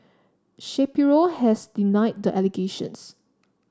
Shapiro has denied the allegations